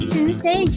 Tuesday